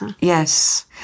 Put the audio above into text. yes